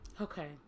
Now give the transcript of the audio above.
Okay